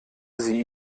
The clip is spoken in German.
sie